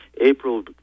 April